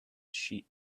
sheep